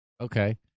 Okay